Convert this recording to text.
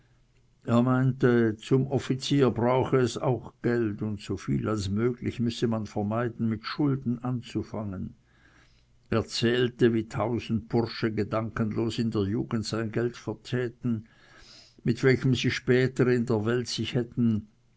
er meinte zum offizier brauche es geld und so viel als möglich müsse man vermeiden mit schulden anzufangen erzählte wie tausend bursche gedankenlos in der jugend ein geld vertäten mit welchem sie später in der welt sich hätten